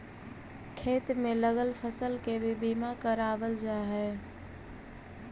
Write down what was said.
खेत में लगल फसल के भी बीमा करावाल जा हई